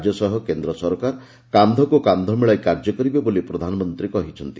ରାଜ୍ୟ ସହ କେନ୍ଦ୍ର ସରକାର କାନ୍ଧକୁ କାନ୍ଧ ମିଳାଇ କାର୍ଯ୍ୟ କରିବେ ବୋଲି ପ୍ରଧାନମନ୍ତ୍ରୀ କହିଛନ୍ତି